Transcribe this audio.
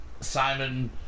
Simon